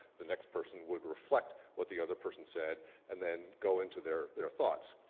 the next person, would reflect what the other person said and then go into their their thoughts.